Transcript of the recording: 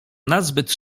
nazbyt